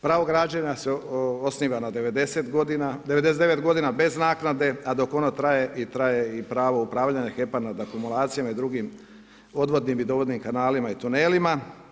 Pravo građenja se osniva na 99 godina bez naknade, a dok ono traje, traje i pravo upravljanje HEP-a nad akumulacijama i drugim odvodnim i dovodnim kanalima i tunelima.